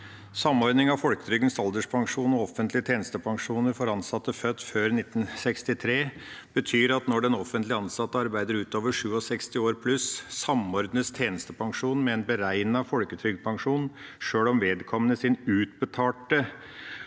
Samordning av folketrygdens alderspensjon og offentlige tjenestepensjoner for ansatte født før 1963 betyr at når den offentlig ansatte arbeider utover 67 år pluss, samordnes tjenestepensjonen med en beregnet folketrygdpensjon, sjøl om vedkommendes utbetalte